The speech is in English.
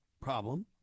problem